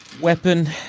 weapon